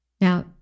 Now